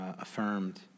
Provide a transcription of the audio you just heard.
affirmed